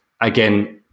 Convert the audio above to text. again